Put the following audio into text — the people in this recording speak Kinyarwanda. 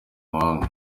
mahanga